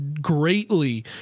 greatly